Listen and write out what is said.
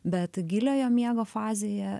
bet giliojo miego fazėje